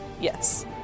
Yes